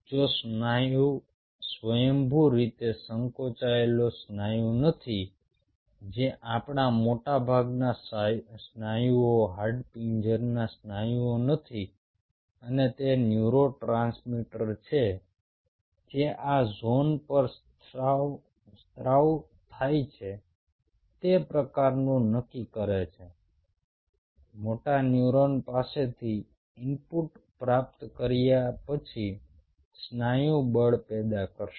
જો સ્નાયુ સ્વયંભૂ રીતે સંકોચાયેલો સ્નાયુ નથી જે આપણા મોટાભાગના સ્નાયુઓ હાડપિંજરના સ્નાયુ નથી અને તે ન્યુરોટ્રાન્સમીટર છે જે આ ઝોન પર સ્ત્રાવ થાય છે તે પ્રકારનું નક્કી કરે છે મોટો ન્યુરોન પાસેથી ઇનપુટ પ્રાપ્ત કર્યા પછી સ્નાયુ બળ પેદા કરશે